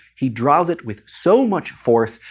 he draws it with so much force,